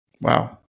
wow